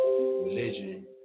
religion